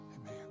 Amen